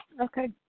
Okay